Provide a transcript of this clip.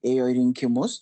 ėjo į rinkimus